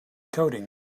coding